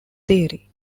theory